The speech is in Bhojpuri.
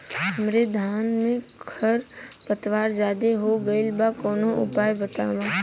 हमरे धान में खर पतवार ज्यादे हो गइल बा कवनो उपाय बतावा?